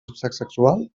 sexual